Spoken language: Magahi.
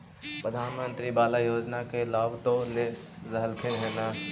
प्रधानमंत्री बाला योजना के लाभ तो ले रहल्खिन ह न?